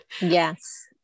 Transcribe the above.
Yes